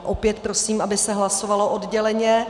Opět prosím, aby se hlasovalo odděleně.